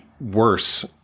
worse